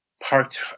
Parked